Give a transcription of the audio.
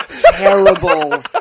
terrible